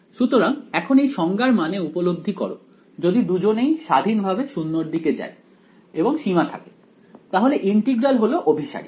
সুতরাং এখন এই সংজ্ঞার মানে উপলব্ধি করো যদি দুজনেই স্বাধীনভাবে 0 এর দিকে যায় এবং সীমা থাকে তাহলে ইন্টিগ্রাল হলো অভিসারী